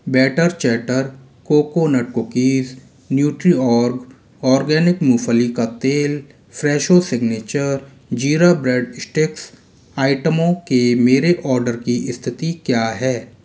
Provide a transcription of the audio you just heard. batter chatter coconut cookies Nutriorg organic मूँगफली का तेल Fresho signature jeera bread sticks आइटमों के मेरे ऑर्डर की स्थिति क्या है